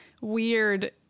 weird